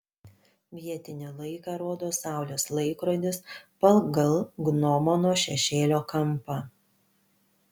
vietinį laiką rodo saulės laikrodis pagal gnomono šešėlio kampą